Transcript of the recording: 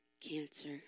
Cancer